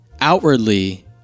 outwardly